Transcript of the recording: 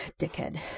dickhead